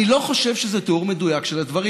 אני לא חושב שזה תיאור מדויק של הדברים.